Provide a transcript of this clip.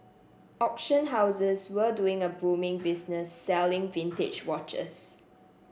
auction houses were doing a booming business selling vintage watches